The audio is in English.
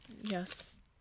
Yes